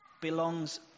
belongs